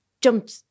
jumped